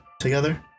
together